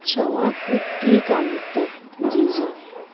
اچھا وہاں کوئکلی کام ہوتا ہے جی جی